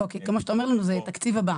אם זה כך,